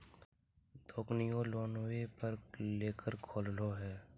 दोकनिओ लोनवे पर लेकर खोललहो हे?